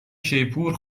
شیپور